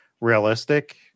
realistic